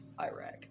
Iraq